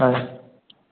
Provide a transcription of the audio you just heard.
হয়